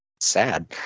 sad